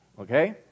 okay